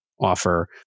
offer